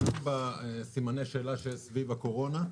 גם בסימני השאלה שיש סביב הקורונה,